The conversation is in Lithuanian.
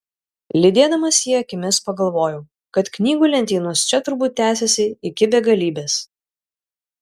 lydėdamas jį akimis pagalvojau kad knygų lentynos čia turbūt tęsiasi iki begalybės